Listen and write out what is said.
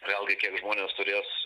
vėlgi kiek žmonės turės